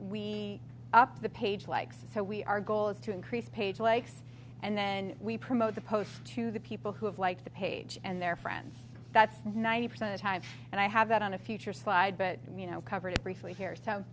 we up the page like so we our goal is to increase page likes and then we promote the post to the people who have like the page and their friends that's ninety percent of time and i have that on a future slide but you know covered it briefly here so